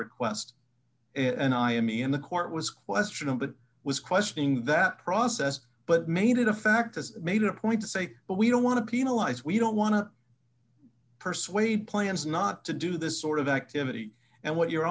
request it and i am in the court was questionable was questioning that process but made it a fact has made it a point to say but we don't want to penalize we don't want to persuade plans not to do this sort of activity and what your